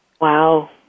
Wow